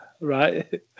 right